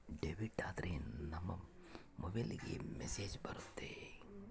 debit ಆದ್ರೆ ನಮ್ ಮೊಬೈಲ್ಗೆ ಮೆಸ್ಸೇಜ್ ಬರುತ್ತೆ